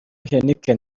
heineken